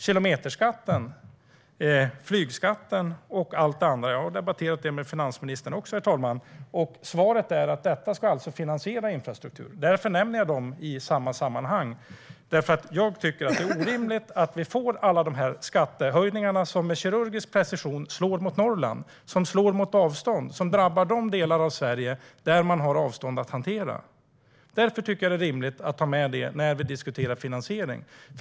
Kilometerskatten, flygskatten och allt det andra - jag har debatterat det med finansministern också, herr talman - ska alltså finansiera infrastrukturen. Därför nämner jag dem i samma sammanhang. Jag tycker att det är orimligt att vi får alla de här skattehöjningarna som med kirurgisk precision slår mot Norrland, som slår mot avstånd och som drabbar de delar av Sverige där man har avstånd att hantera. Därför tycker jag att det är rimligt att ta med det när vi diskuterar finansiering.